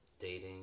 dating